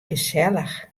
gesellich